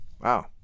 Wow